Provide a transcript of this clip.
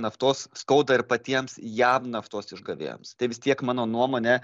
naftos skauda ir patiems jav naftos išgavėjams tai vis tiek mano nuomone